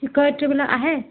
শিক্ষয়ত্ৰীবিলাক আহে